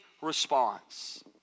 response